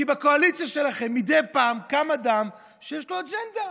כי בקואליציה שלכם מדי פעם קם אדם שיש לו אג'נדה,